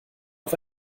auf